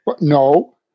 no